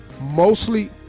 mostly